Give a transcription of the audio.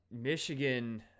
Michigan